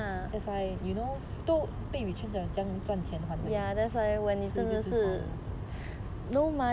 that's why 都被 retrenched liao 要怎样赚钱还 credit card